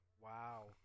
Wow